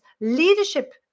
leadership